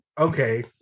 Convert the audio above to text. Okay